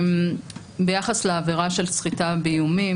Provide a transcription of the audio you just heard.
ביחס לעבירה של סחיטה באיומים,